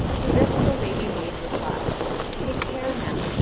to this the lady made reply take care now!